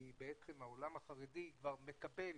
כי בעצם העולם החרדי כבר מקבל